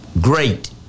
great